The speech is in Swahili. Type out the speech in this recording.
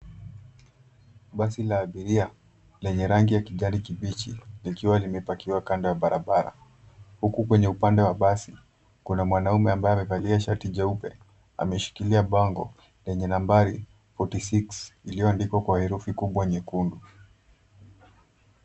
Basi la abiria lenye rangi ya kijani kibichi likiwa limepakiwa kando ya barabara. Huku kwenye upande wa basi kuna mwanaume ambaye amevalia shati jeupe. Ameshikilia bango lenye nambari 46 iliyoandikwa kwa herufi kubwa nyekundu.